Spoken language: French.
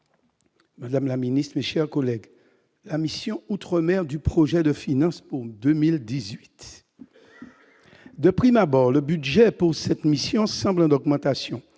Madame la Ministre, mes chers collègues, la mission outre-mer du projet de finances pour 2018, de prime abord, le budget pour cette mission semble en augmentation